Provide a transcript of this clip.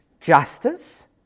Justice